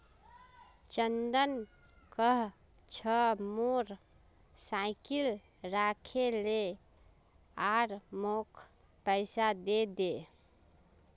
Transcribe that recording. चंदन कह छ मोर साइकिल राखे ले आर मौक पैसा दे दे